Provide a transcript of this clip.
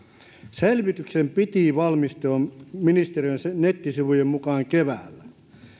selvityksen piti valmistua ministeriön nettisivujen mukaan keväällä